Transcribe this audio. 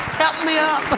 help me up.